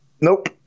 Nope